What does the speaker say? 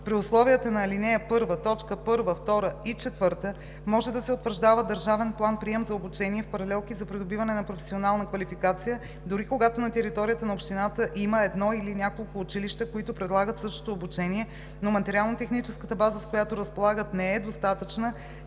при условията на ал. 1, т. 1, 2 и 4, може да се утвърждава държавен план-прием за обучение в паралелки за придобиване на професионална квалификация, дори когато на територията на общината има едно или няколко училища, които предлагат същото обучение, но материално-техническата база, с която разполагат, не е достатъчна